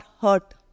hurt